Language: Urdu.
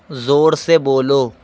زور سے بولو